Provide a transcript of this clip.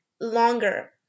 longer